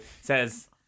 Says